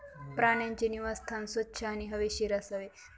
प्राण्यांचे निवासस्थान स्वच्छ आणि हवेशीर असावे